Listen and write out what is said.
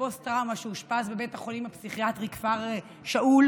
פוסט-טראומה שאושפז בבית החולים הפסיכיאטרי כפר שאול